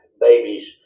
babies